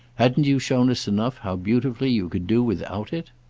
hadn't you shown us enough how beautifully you could do without it?